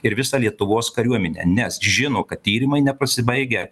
ir visą lietuvos kariuominę nes žino kad tyrimai nepasibaigę